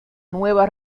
nueva